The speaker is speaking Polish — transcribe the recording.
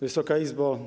Wysoka Izbo!